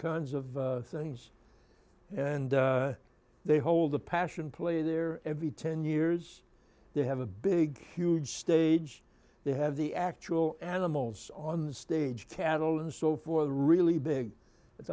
kinds of things and they hold a passion play there every ten years they have a big huge stage they have the actual animals on the stage cattle and so for the really big it's